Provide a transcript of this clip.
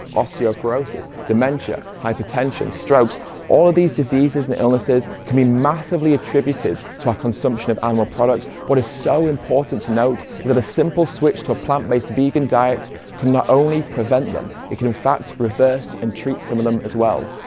osteoporosis, dementia, hypertension, strokes all of these diseases and illnesses can be massively attributed to our consumption of animal products. what is so important to note is that a simple switch to a plant-based vegan diet not only prevent them, it can in fact reverse and treat some of them as well.